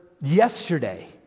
Yesterday